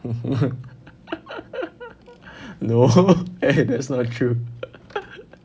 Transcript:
no eh that's not true